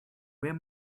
where